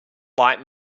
light